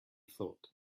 thought